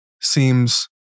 seems